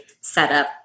setup